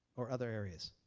or other areas.